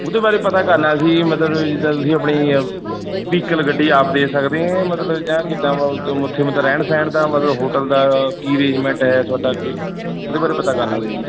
ਉਹਦੇ ਬਾਰੇ ਪਤਾ ਕਰਨਾ ਸੀ ਮਤਲਬ ਜਿੱਦਾਂ ਤੁਸੀਂ ਆਪਣੀ ਅ ਵਹੀਕਲ ਗੱਡੀ ਆਪ ਦੇ ਸਕਦੇ ਹੈ ਮਤਲਬ ਜਾਂ ਕਿੱਦਾਂ ਉੱਥੇ ਮਤਲਬ ਰਹਿਣ ਸਹਿਣ ਦਾ ਮਤਲਬ ਹੋਟਲ ਦਾ ਕੀ ਅਰੇਂਜਮੈਂਟ ਹੈ ਤੁਹਾਡਾ ਅੱਗੇ ਉਹਦੇ ਬਾਰੇ ਪਤਾ ਕਰਨਾ ਸੀ ਜੀ